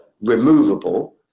removable